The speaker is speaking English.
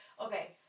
okay